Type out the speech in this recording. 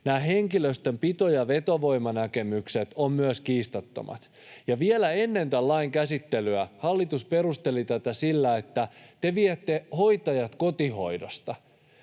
Nämä henkilöstön pito- ja vetovoimanäkemykset ovat myös kiistattomat, ja vielä ennen tämän lain käsittelyä hallitus perusteli tätä sillä, että te viette hoitajat kotihoidosta.